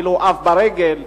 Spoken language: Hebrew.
ואף ברגל,